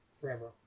forever